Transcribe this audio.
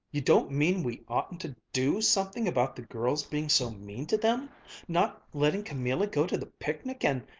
you don't mean we oughtn't to do something about the girls being so mean to them not letting camilla go to the picnic and